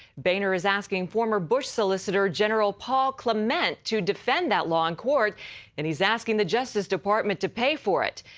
boehner is asking former bush solicitor general paul clement to defend that law in court and he is asking the justice department to pay for it.